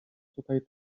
tutaj